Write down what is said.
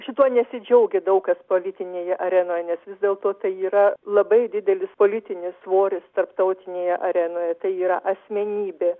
šituo nesidžiaugia daug kas politinėje arenoje nes vis dėlto tai yra labai didelis politinis svoris tarptautinėje arenoje tai yra asmenybė